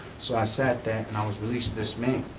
so i sat that and i was released this may.